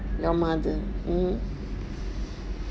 not much eh hmm